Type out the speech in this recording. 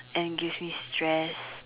and give me stress